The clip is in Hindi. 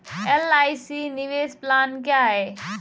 एल.आई.सी निवेश प्लान क्या है?